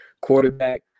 quarterback